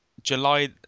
July